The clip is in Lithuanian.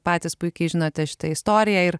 patys puikiai žinote šitą istoriją ir